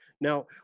Now